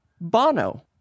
Bono